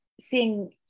seeing